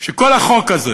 שכל החוק הזה,